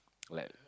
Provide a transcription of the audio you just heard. like